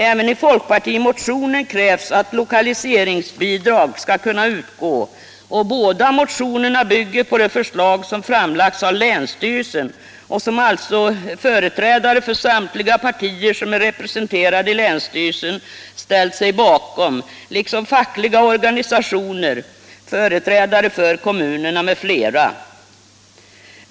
Även i folkpartimotionen krävs att lokaliseringsbidrag skall kunna utgå, och båda motionerna bygger på det förslag som framlagts av länsstyrelsen och som alltså företrädare för samtliga partier som är representerade i länsstyrelsen ställt sig bakom, liksom också fackliga organisationer, företrädare för kommunerna m.fl.